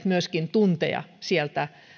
myöskin ottanut tunteja